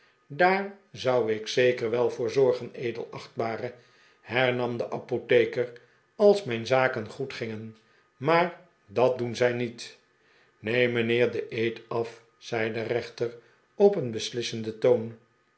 daar zou ik zeker wel voor zorgen edelachtbare hernam de apotheker als mijn zaken goed gingen maar dat doen zij niet neem mijnheer den eed af zei de rechter op een beslissenden toon